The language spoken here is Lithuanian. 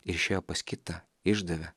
ir išėjo pas kitą išdavė